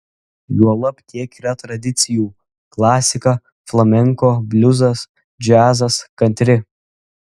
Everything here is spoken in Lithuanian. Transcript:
juolab tiek yra tradicijų klasika flamenko bliuzas džiazas kantri